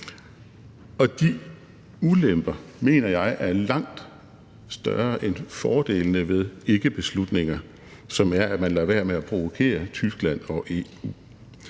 og de ulemper mener jeg er langt større end fordelene ved ikkebeslutninger, som er, at man lader være med at provokere Tyskland og EU.